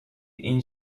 این